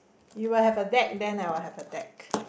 you will have a deck then I will have a deck